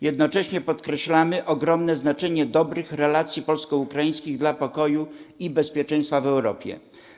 Jednocześnie podkreślamy ogromne znaczenie dobrych relacji polsko-ukraińskich dla pokoju i bezpieczeństwa w Europie.